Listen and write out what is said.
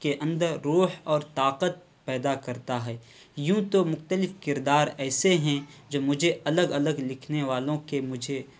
کے اندر روح اور طاقت پیدا کرتا ہے یوں تو مختلف کردار ایسے ہیں جو مجھے الگ الگ لکھنے والوں کے مجھے